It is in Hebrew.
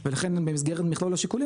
ולכן גם במסגרת מכלול השיקולים,